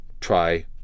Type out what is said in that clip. Try